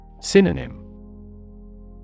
Synonym